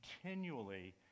continually